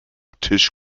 tisch